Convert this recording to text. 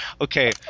Okay